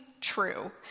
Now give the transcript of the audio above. true